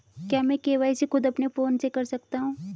क्या मैं के.वाई.सी खुद अपने फोन से कर सकता हूँ?